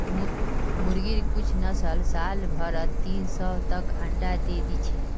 मुर्गिर कुछ नस्ल साल भरत तीन सौ तक अंडा दे दी छे